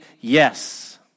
yes